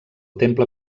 temple